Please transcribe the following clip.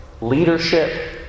leadership